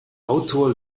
autor